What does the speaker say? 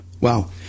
wow